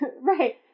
Right